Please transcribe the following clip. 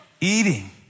eating